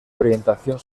orientación